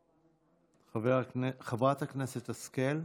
איננו, חברת הכנסת השכל,